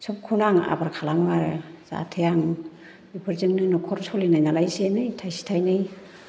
सबखौनो आङो आबार खालामो आरो जाहाथे आं बेफोरजोंनो नखर सलिनाय नालाय एसे एनै थाइसे थाइनै